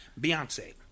Beyonce